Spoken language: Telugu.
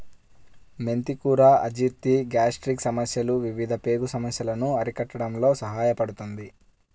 మెంతి కూర అజీర్తి, గ్యాస్ట్రిక్ సమస్యలు, వివిధ పేగు సమస్యలను అరికట్టడంలో సహాయపడుతుంది